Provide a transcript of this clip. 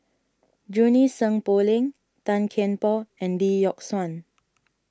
Junie Sng Poh Leng Tan Kian Por and Lee Yock Suan